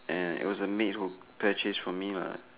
and it was a maid who purchased from me lah